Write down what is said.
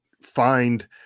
find